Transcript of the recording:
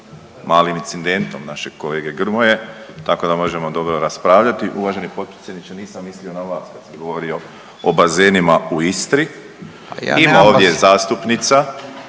malim incidentom našeg kolege Grmoje, tako da možemo dobro raspravljati. Uvaženi potpredsjedniče, nisam mislio na vas kad sam govorio o bazenima u Istri…/Upadica